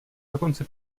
dokonce